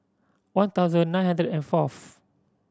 one thousand nine hundred and fourth